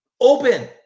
open